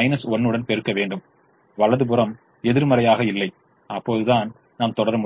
1 உடன் பெருக்க வேண்டும் வலது புறம் எதிர்மறையாக இல்லை அப்போதுதான் நாம் தொடர முடியும்